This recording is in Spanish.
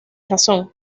razón